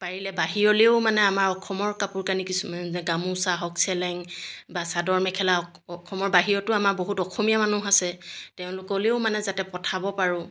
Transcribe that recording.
পাৰিলে বাহিৰলৈও মানে আমাৰ অসমৰ কাপোৰ কানি কিছুমান যেনে গামোচা হওক চেলেং বা চাদৰ মেখেলা অসমৰ বাহিৰতো আমাৰ বহুত অসমীয়া মানুহ আছে তেওঁলোকলৈও মানে যাতে পঠাব পাৰোঁ